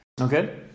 Okay